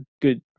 good